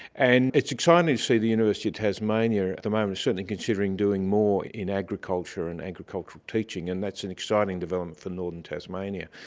and it's exciting to see the university of tasmania at the moment certainly considering doing more in agriculture and agricultural teaching, and that's an exciting development for northern tasmania.